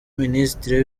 ministre